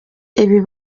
ibi